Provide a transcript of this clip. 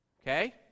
okay